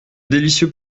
délicieux